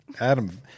Adam